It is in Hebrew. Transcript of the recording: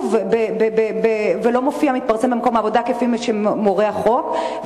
ולא מתפרסם במקום העבודה כפי שמורה החוק,